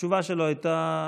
התשובה שלו הייתה: